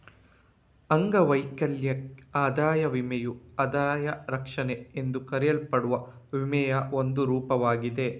ಅಂಗವೈಕಲ್ಯ ಆದಾಯ ವಿಮೆಯು ಆದಾಯ ರಕ್ಷಣೆ ಎಂದು ಕರೆಯಲ್ಪಡುವ ವಿಮೆಯ ಒಂದು ರೂಪವಾಗಿದೆ